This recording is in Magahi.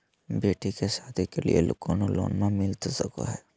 बेटी के सादी के लिए कोनो लोन मिलता सको है?